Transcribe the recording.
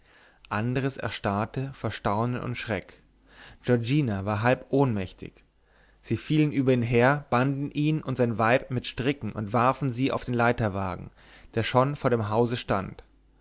andres erstarrte vor staunen und schreck giorgina war halb ohnmächtig sie fielen über ihn her banden ihn und sein weib mit stricken und warfen sie auf den leiterwagen der schon vor dem hause stand